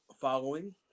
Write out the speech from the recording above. following